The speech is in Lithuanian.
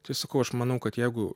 tai sakau aš manau kad jeigu